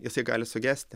jisai gali sugesti